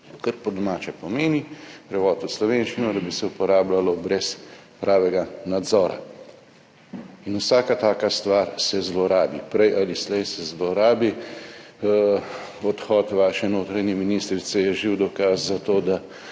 Kar po domače pomeni, prevod v slovenščino, da bi se uporabljalo brez pravega nadzora. Vsaka taka stvar se zlorabi, prej ali slej se zlorabi. Odhod vaše notranje ministrice je živ dokaz za to, da